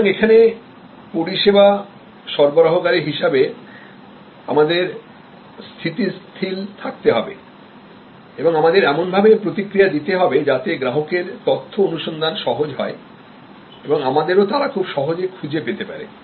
সুতরাং এখানে পরিষেবাসরবরাহকারী হিসাবে আমাদের স্থিতিশীল থাকতে হবে এবং আমাদের এমনভাবে প্রতিক্রিয়া দিতে হবে যাতে গ্রাহকের তথ্য অনুসন্ধান সহজ হয় এবং আমাদেরও তারা খুব সহজে খুঁজে পেতে পারে